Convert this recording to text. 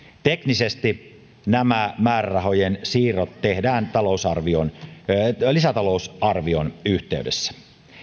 teknisesti nämä määrärahojen siirrot tehdään lisätalousarvion yhteydessä